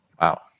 Wow